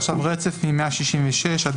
יש עכשיו רצף מ-166 עד